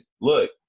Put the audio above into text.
look